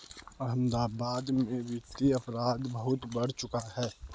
अहमदाबाद में वित्तीय अपराध बहुत बढ़ चुका है